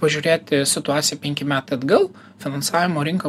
pažiūrėti situaciją penki meta atgal finansavimo rinka